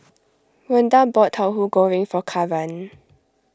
Ronda bought Tahu Goreng for Karan